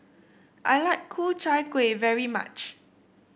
I like Ku Chai Kuih very much